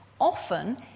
Often